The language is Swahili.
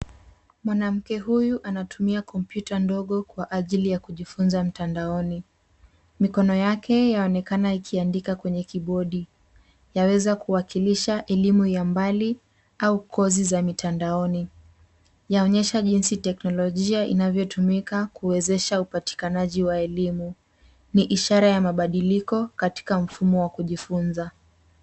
Mwanamke huyu anatumia kompyuta ndogo kwa ajili ya kujifunza mtandaoni. Mikono yake yaonekana ikiandika kwenye {cs}keyboard{cs}yaweza kuwakilisha elimu ya mbali au kozi za mitandaoni. Yaonyesha jinsi technologia inavyotumika kuwezesha upatikanaji wa elimu. Ni ishara ya mabadiliko katika mfumo wa kujifunza.